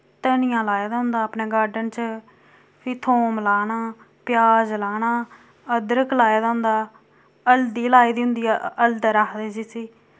धनिया लाए दा होंदा अपने गार्डन च फ्ही थोम लाना प्याज लाना अदरक लाए दा होंदा हल्दी लाए दी होंदी हलदड़ आखदे जिसी